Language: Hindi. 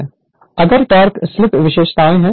Refer Slide Time 1333 अगला टॉर्क स्लिप विशेषताएं है